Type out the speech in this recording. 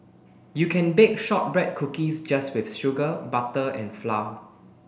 you can bake shortbread cookies just with sugar butter and flour